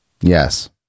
Yes